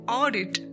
audit